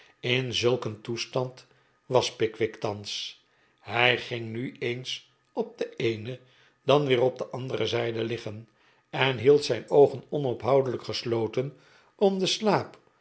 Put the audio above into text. in zulk een toestand was pickwick thans hij ging nu eens op deeene dan weer op de andere zijde liggen en hield zijn oogen onophoudelijk gcsloten cm den slaap